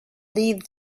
leave